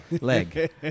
leg